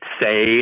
say